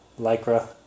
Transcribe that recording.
Lycra